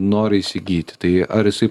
nori įsigyti tai ar jisai